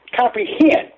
comprehend